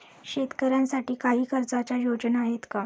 शेतकऱ्यांसाठी काही कर्जाच्या योजना आहेत का?